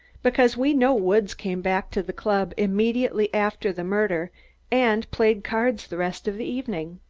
because we know woods came back to the club immediately after the murder and played cards the rest of the evening.